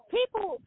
People